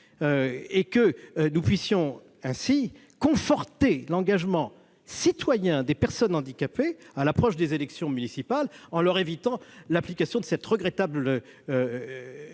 que nous puissions conforter l'engagement citoyen des personnes handicapées à l'approche des élections municipales, en leur évitant l'application de la regrettable interprétation